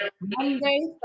Monday